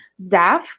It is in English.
Zaf